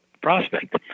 prospect